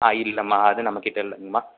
ஆ இல்லைம்மா அது நம்ம கிட்டே இல்லைங்கம்மா